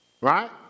right